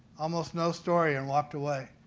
almost no story and walked away.